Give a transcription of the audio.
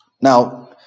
Now